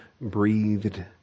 breathed